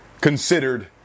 considered